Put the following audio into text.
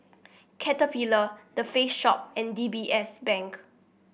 Caterpillar The Face Shop and D B S Bank